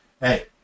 hey